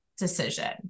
decision